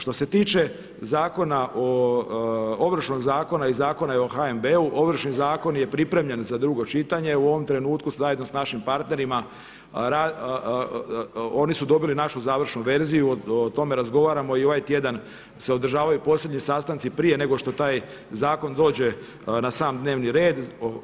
Što se tiče Ovršnog zakona i Zakona o HNB-u, Ovršni zakon je pripremljen za drugo čitanje u ovom trenutku zajedno s našim partnerima oni su dobili našu završnu verziju, o tome razgovaramo i ovaj tjedan se održavaju posljednji sastanci prije nego što taj zakon dođe na sam dnevni red.